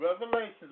revelations